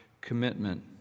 commitment